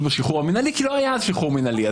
בשחרור המינהלי כי לא היה אז שחרור מינהלי.